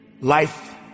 Life